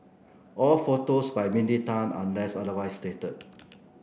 all photos by Mindy Tan unless otherwise stated